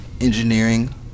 engineering